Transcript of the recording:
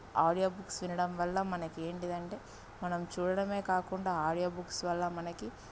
audio books వినడం వల్ల మనకి ఏంటిదంటే మనం చూడడమే కాకుండా ఆడియో బుక్స్ వల్ల మనకి